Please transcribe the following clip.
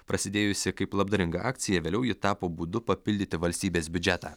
prasidėjusi kaip labdaringa akcija vėliau ji tapo būdu papildyti valstybės biudžetą